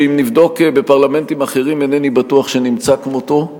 שאם נבדוק בפרלמנטים אחרים אינני בטוח שנמצא כמותו,